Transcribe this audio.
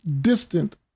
distant